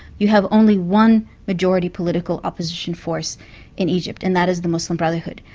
you have only one majority political opposition force in egypt, and that is the muslim brotherhood,